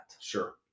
Sure